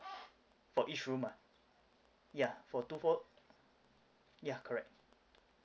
for each room ah ya for two four ya correct